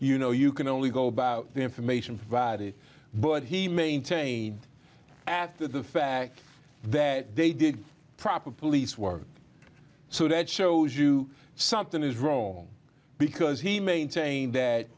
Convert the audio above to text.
you know you can only go about the information provided but he maintained after the fact that they did proper police work so that shows you something is wrong because he maintained that